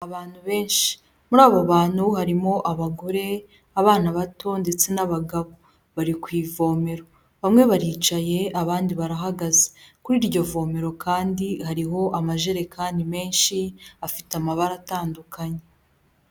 Abantu benshi muri abo bantu harimo abagore, abana bato ndetse n'abagabo bari ku ivomero, bamwe baricaye abandi barahagaze, kuri iryo vomero kandi hariho amajerekani menshi afite amabara atandukanye.